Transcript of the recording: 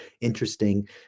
interesting